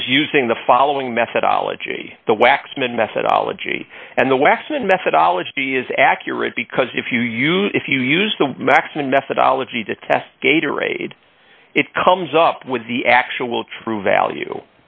is using the following methodology the waxman methodology and the westman methodology is accurate because if you use if you use the maximum methodology to test gator aid it comes up with the actual true value